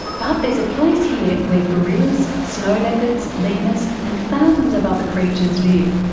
but there's a place here where gorillas, snow leopards, lemurs and thousands of other creatures live,